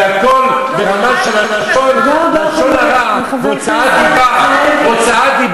והכול ברמה של לשון הרע והוצאת דיבה.